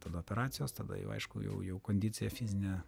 tada operacijos tada jau aišku jau jau kondicija fizinė